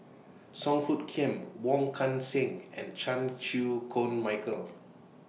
Song Hoot Kiam Wong Kan Seng and Chan Chew Koon Michael